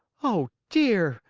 oh, dear!